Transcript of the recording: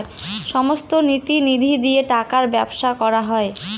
সমস্ত নীতি নিধি দিয়ে টাকার ব্যবসা করা হয়